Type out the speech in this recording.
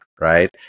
right